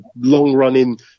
long-running